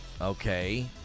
Okay